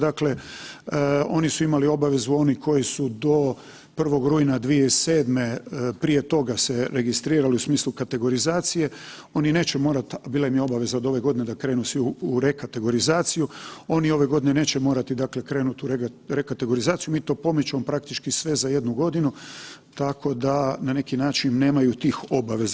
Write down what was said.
Dakle, oni su imali obavezu oni koji su do 1. rujna 2007. prije toga se registrirali u smislu kategorizacije, oni neće morat, bila im je obaveza od ove godine da krenu svi u rekategorizaciju, oni ove godine neće morati dakle krenut u rekategorizaciju, mi to pomičemo praktički sve za 1.g. tako da na neki način nemaju tih obaveza.